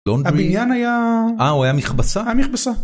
‫הבניין היה... ‫-אה, הוא היה מכבסה? ‫-היה מכבסה.